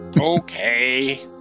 Okay